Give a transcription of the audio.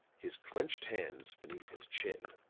his clenched hands beneath his chin.